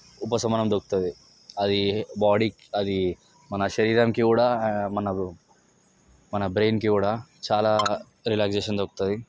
ఉపశమనం దొరుకుతుంది అది బాడీకి అది మన శరీరానికి కూడా మనకు మన బ్రెయిన్కి కూడా చాలా రిలాక్సేషన్ దొరుకుతుంది